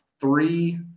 three